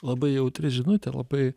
labai jautri žinutė labai